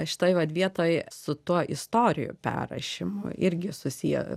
šitoj vat vietoj su tuo istorijų perrašymu irgi susiję